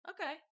okay